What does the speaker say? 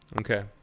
Okay